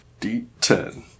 d10